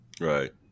Right